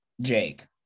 Jake